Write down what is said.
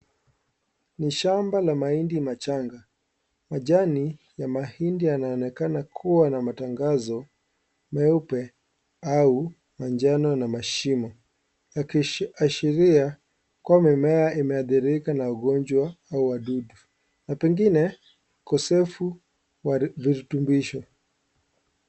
Ni shamba la mahindi machanga. Majani ya mahindi yanaonekana kuwa na matangazo meupe au manjano na mashimo yakiashiria kuwa mimea imehadhirika na ugonjwa au wadudu na pengine ukosefu wa virutubisho.